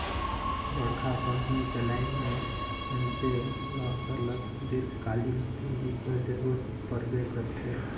बड़का कंपनी चलाए में मइनसे ल सरलग दीर्घकालीन पूंजी कर जरूरत परबे करथे